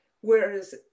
whereas